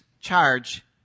charge